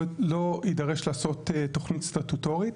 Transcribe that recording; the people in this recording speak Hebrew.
לא יידרש לעשות תוכנית סטטוטורית.